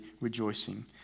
rejoicing